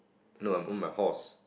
no I'm on my horse